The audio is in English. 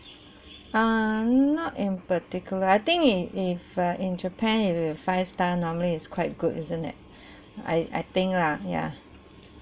err not in particular I think it if uh in japan if it five star normally it's quite good isn't it I I think lah ya